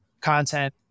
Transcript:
content